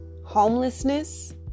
homelessness